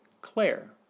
Claire